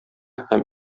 һәм